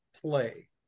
play